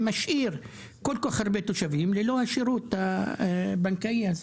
שמשאיר כל כך הרבה תושבים ללא השירות הבנקאי הזה.